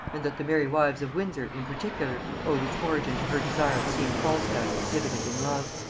and that the merry wives of windsor in particular owed its origin to her desire of seeing falstaff exhibited in love.